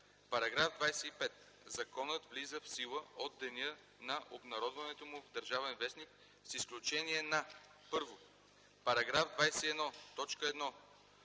„§ 25. Законът влиза в сила от деня на обнародването му в “Държавен вестник” с изключение на: 1. Параграф 21,